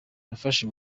nafashe